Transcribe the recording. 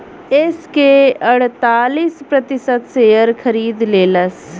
yes के अड़तालीस प्रतिशत शेअर खरीद लेलस